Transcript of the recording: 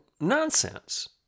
nonsense